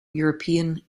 european